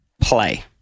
play